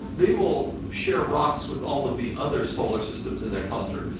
they will share rocks with all of the other solar systems in their cluster.